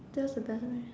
tell us a